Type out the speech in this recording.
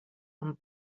amb